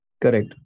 Correct